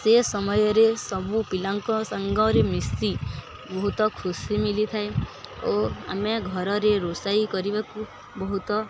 ସେ ସମୟରେ ସବୁ ପିଲାଙ୍କ ସାଙ୍ଗରେ ମିଶି ବହୁତ ଖୁସି ମିଳିଥାଏ ଓ ଆମେ ଘରରେ ରୋଷାଇ କରିବାକୁ ବହୁତ